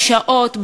בשעות,